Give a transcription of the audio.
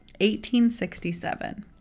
1867